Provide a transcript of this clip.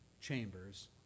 chambers